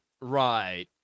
right